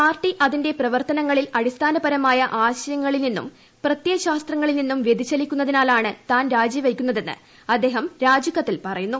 party അതിന്റെ പ്രവർത്തനങ്ങളിൽ അടിസ്ഥാനപരമായ ആശയങ്ങളിൽ നിന്നും പ്രത്യേയ ശാസ്ത്രങ്ങളിൽ നിന്നും വൃതിചലിക്കുന്നതിനാലാണ് താൻ രാജിവയ്ക്കുന്നതെന്ന് അദ്ദേഹം രാജികത്തിൽ പറയുന്നു